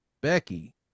becky